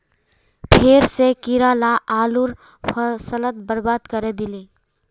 फेर स कीरा ला आलूर फसल बर्बाद करे दिले